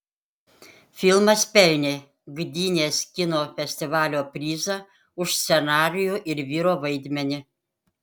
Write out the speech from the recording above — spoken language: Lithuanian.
filmas pelnė gdynės kino festivalio prizą už scenarijų ir vyro vaidmenį